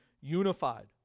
unified